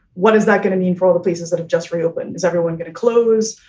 what is that going to mean for all the places that have just reopened? is everyone going to close?